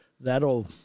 that'll